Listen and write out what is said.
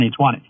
2020